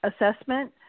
assessment